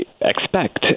expect